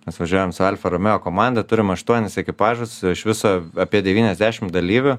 mes važiuojam su alfa romeo komanda turim aštuonis ekipažus iš viso apie devyniasdešimt dalyvių